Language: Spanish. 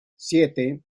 siete